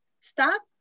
stop